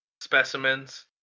specimens